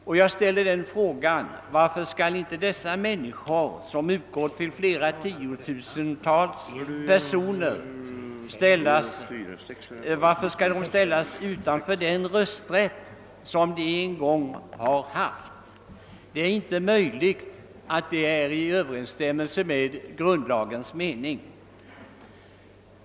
Varför skall dessa människor — det gäller flera tiotusentals personer — bli av med den rösträtt de en gång haft? Det är inte möjligt att detta står i överensstämmelse med grundlagens mening.